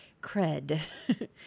cred